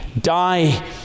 die